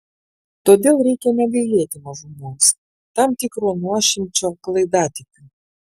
todėl reikia negailėti mažumos tam tikro nuošimčio klaidatikių